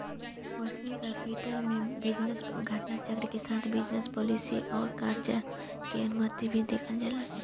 working capital में business घटना चक्र के साथ बिजनस पॉलिसी आउर करजा के अनुपात भी देखल जाला